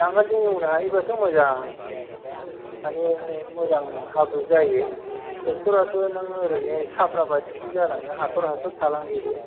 नांगोलजों एवनो हायोबाथ' मोजां माने मोजां हाब्रु जायो ट्रेकटरआथ' नों एरैनो साफ्राबादिसो जालाङो हाथ'र हाथ'र थालांजोबो